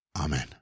Amen